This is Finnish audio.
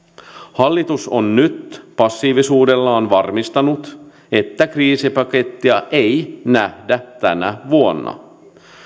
hallitus on nyt passiivisuudellaan varmistanut että kriisipakettia ei nähdä tänä vuonna